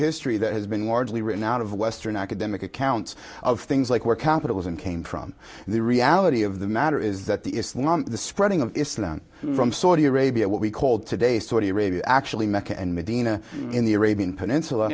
history that has been largely written out of western academic accounts of things like where capitalism came from the reality of the matter is that the spreading of islam from saudi arabia what we call today saudi arabia actually mecca and medina in the arabian peninsula